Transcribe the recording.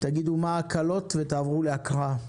תגידו מה ההקלות ותעברו להקראה.